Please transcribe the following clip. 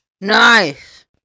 Nice